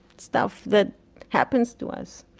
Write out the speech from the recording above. stuff that happens to us,